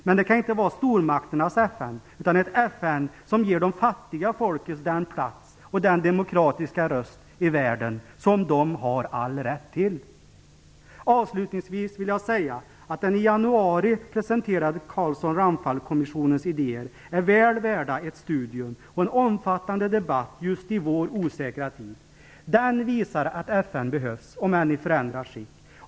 Men det kan inte vara ett stormakternas FN, utan ett FN som ger de fattiga folken den plats och den demokratiska röst i världen som de har all rätt till. Avslutningsvis vill jag säga att den i januari presenterade Carlsson-Ramphal-kommissionens idéer är väl värda ett studium och en omfattande debatt just i vår osäkra tid. Den visar att FN behövs, om än i förändrat skick.